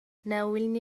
ناولني